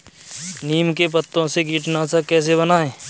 नीम के पत्तों से कीटनाशक कैसे बनाएँ?